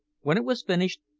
when it was finished,